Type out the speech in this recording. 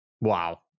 Wow